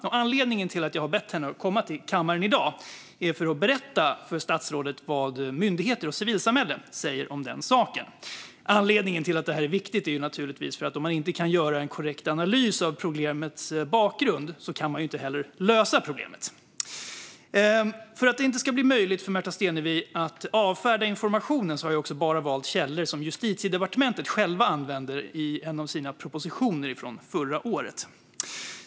I dag har jag bett statsrådet komma till kammaren för att berätta för henne vad myndigheter och civilsamhälle säger om den saken. Anledningen till att detta är viktigt är naturligtvis att om man inte kan göra en korrekt analys av problemets bakgrund kan man inte heller lösa problemet. För att det inte ska bli möjligt för Märta Stenevi att avfärda informationen har jag bara valt källor som Justitiedepartementet själva använde i en av sina propositioner från förra året.